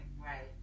Right